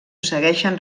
segueixen